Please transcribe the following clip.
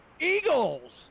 Eagles